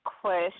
Question